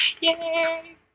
yay